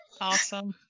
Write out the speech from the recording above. Awesome